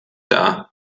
dar